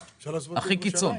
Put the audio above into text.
הקיצון.